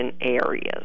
areas